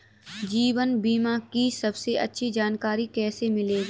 जीवन बीमा की सबसे अच्छी जानकारी कैसे मिलेगी?